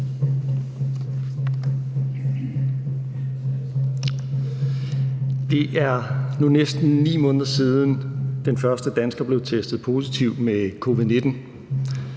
Det er nu næsten 9 måneder siden, den første dansker blev testet positiv med covid-19.